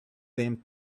them